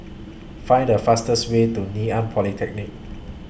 Find The fastest Way to Ngee Ann Polytechnic